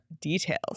details